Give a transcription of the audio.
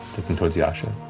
looking towards yasha.